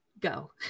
go